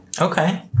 Okay